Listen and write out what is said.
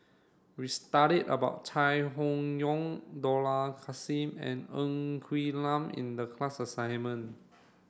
we studied about Chai Hon Yoong Dollah Kassim and Ng Quee Lam in the class assignment